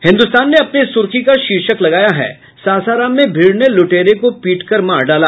हिन्दुस्तान ने अपनी सुर्खी का शीर्षक लगाया है सासाराम में भीड़ ने लुटेरे को पीटकर मार डाला